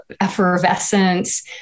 effervescence